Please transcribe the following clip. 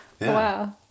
wow